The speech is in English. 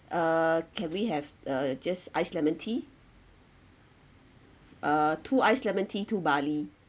uh can we have uh just iced lemon tea uh two ice lemon tea two barley